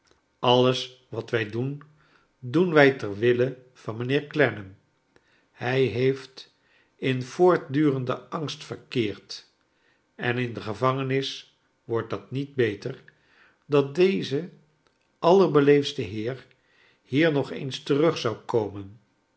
alles wat wij doen doen wij ter wille van mijnheer clennam hij heeft in voortdurenden angst verfceerd en in de gevangenis wordt dat niet beter dat deze allerbeleefdste heer hier nog eens terug zou koine